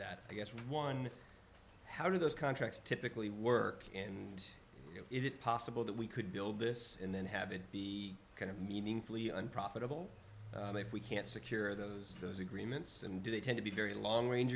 that i guess one how do those contracts typically work and is it possible that we could build this and then have it be kind of meaningfully unprofitable if we can't secure those those agreements and do they tend to be very long range